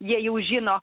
jie jau žino